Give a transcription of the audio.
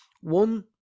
One